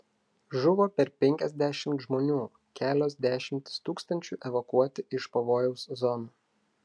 žuvo per penkiasdešimt žmonių kelios dešimtys tūkstančių evakuoti iš pavojaus zonų